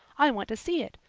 i want to see it,